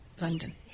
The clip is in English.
London